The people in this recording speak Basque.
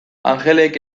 anjelek